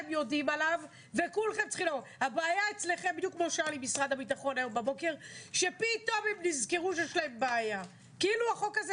אז שמשרד הבריאות יתייעץ איתכם על מה?